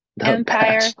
empire